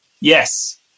Yes